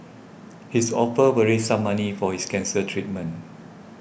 his offer will raise some money for his cancer treatment